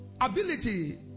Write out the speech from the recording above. ability